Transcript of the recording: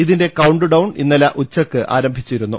ഇതിന്റെ കൌൺഡൌൺ ഇന്നലെ ഉച്ചക്ക് ആരംഭി ച്ചിരുന്നു